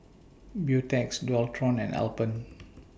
Beautex Dualtron and Alpen